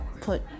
Put